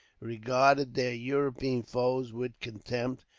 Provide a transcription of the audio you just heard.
regarded their european foes with contempt,